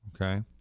okay